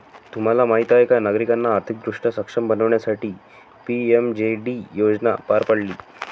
तुम्हाला माहीत आहे का नागरिकांना आर्थिकदृष्ट्या सक्षम बनवण्यासाठी पी.एम.जे.डी योजना पार पाडली